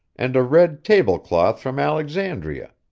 and a red table-cloth from alexandria,